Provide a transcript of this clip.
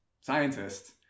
scientist